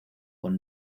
con